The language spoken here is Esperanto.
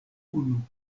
unu